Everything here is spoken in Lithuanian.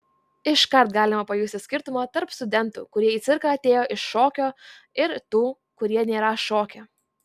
iškart galima pajusti skirtumą tarp studentų kurie į cirką atėjo iš šokio ir tų kurie nėra šokę